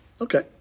Okay